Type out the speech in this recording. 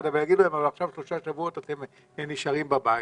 אבל יגידו להם: עכשיו שלושה שבועות אתם נשארים בבית.